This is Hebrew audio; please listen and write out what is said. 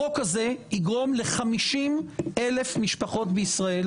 החוק הזה יגרום ל-50 אלף משפחות בישראל